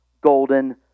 golden